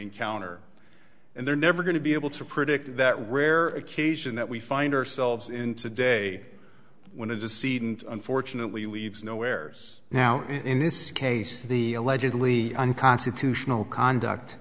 encounter and they're never going to be able to predict that rare occasion that we find ourselves in today when it is seed and unfortunately leaves nowheres now in this case the allegedly unconstitutional conduct